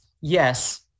yes